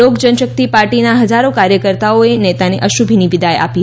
લોક જનશક્તિ પાર્ટીના હજારો કાર્યકર્તાઓએ નેતાને અશ્રુભીની વિદાય આપી